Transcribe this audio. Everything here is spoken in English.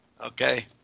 okay